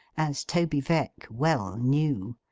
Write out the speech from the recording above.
as toby veck well knew.